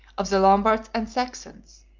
of the lombards and saxons.